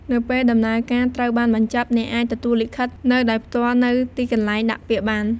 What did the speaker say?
នៅពេលដំណើរការត្រូវបានបញ្ចប់ អ្នកអាចទទួលលិខិតនៅដោយផ្ទាល់នៅទីកន្លែងដាក់ពាក្យបាន។